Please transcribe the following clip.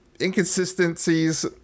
inconsistencies